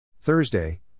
Thursday